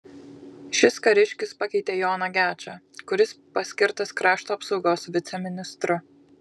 šis kariškis pakeitė joną gečą kuris paskirtas krašto apsaugos viceministru